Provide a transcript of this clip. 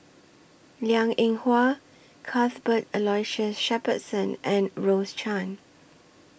Liang Eng Hwa Cuthbert Aloysius Shepherdson and Rose Chan